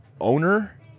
owner